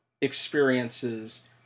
experiences